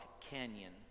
Canyon